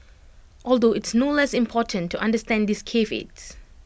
although it's no less important to understand these caveats